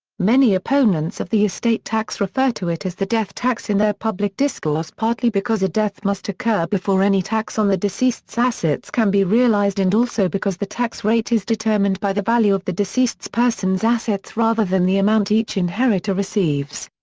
many opponents of the estate tax refer to it as the death tax in their public discourse partly because a death must occur before any tax on the deceased's assets can be realized and also because the tax rate is determined by the value of the deceased's persons assets rather than the amount each inheritor receives.